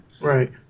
Right